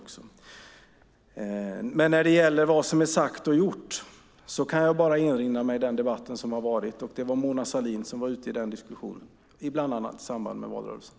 Beträffande vad som är sagt och gjort kan jag bara erinra mig den debatt som har varit. Det var Mona Sahlin som var ute i den diskussionen, bland annat i samband med valrörelsen.